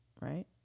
Right